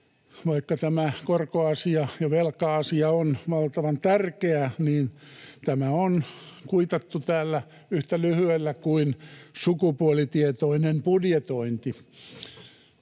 Vaikka tämä korkoasia ja velka-asia on valtavan tärkeä, tämä on kuitattu täällä yhtä lyhyesti kuin sukupuolitietoinen budjetointi.